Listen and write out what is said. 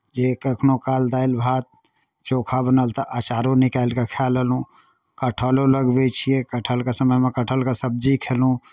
जे कखनहु काल दालि भात चोखा बनल तऽ अँचारो निकालि कऽ खाए लेलहुँ कटहरो लगबै छियै कटहरके समयमे कटहरके सब्जी खयलहुँ